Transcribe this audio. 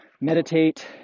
meditate